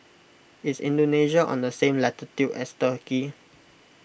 is Indonesia on the same latitude as Turkey